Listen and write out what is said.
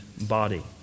body